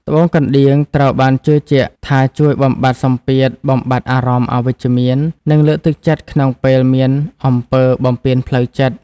ត្បូងកណ្ដៀងត្រូវបានជឿជាក់ថាជួយបំបាត់សំពាធ បំបាត់អារម្មណ៍អវិជ្ជមាន និងលើកទឹកចិត្តក្នុងពេលមានអំពើបំពានផ្លូវចិត្ត។